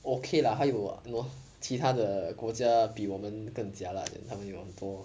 okay lah 还有 you know 其他的国家比我们更 jialat 的他们有很多